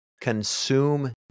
Consume